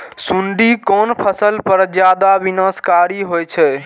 सुंडी कोन फसल पर ज्यादा विनाशकारी होई छै?